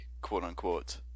quote-unquote